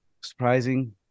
surprising